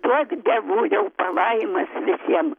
duok dievuliau palaimas visiem